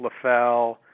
LaFell